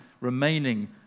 remaining